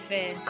Fear